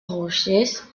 horses